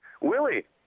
Willie